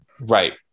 right